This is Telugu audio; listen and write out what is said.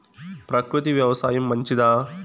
ప్రకృతి వ్యవసాయం మంచిదా?